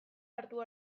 hartu